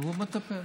והוא מטפל,